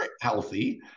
healthy